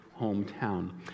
hometown